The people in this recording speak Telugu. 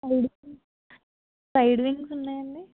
ఫ్రైడ్ వింగ్స్ ఫ్రైడ్ వింగ్స్ ఉన్నాయా అండి